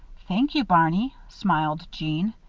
thank you, barney, smiled jeanne.